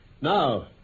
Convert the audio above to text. Now